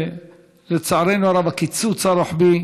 לצערנו הרב, הקיצוץ הרוחבי